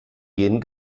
gen